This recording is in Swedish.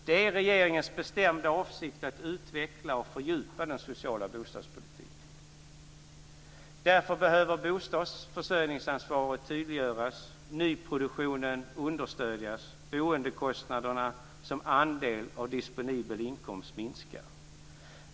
Det är regeringens bestämda avsikt att utveckla och fördjupa den sociala bostadspolitiken. Därför behöver bostadsförsörjningsansvaret tydliggöras, nyproduktionen understödjas och boendekostnaderna som andel av disponibel inkomst minska.